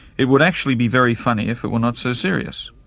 it would actually be very funny if it were not so serious.